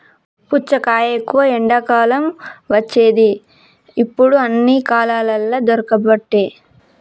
పుచ్చకాయ ఎక్కువ ఎండాకాలం వచ్చేది ఇప్పుడు అన్ని కాలాలల్ల దొరుకబట్టె